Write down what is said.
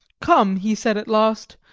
come, he said at last,